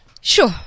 Sure